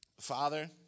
father